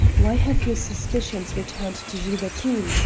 why have your suspicions returned to gilbertine?